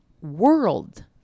world